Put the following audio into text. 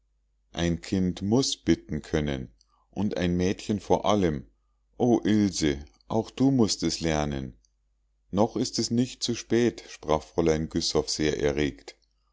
ein kind muß bitten können und ein mädchen vor allem o ilse auch du mußt es lernen noch ist es nicht zu spät sprach fräulein güssow sehr erregt